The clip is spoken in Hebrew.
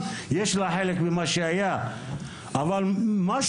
מה שהיה במשחק הגביע זה ביזיון מערכתי.